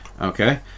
Okay